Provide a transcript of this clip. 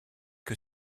que